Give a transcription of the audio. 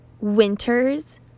Winter's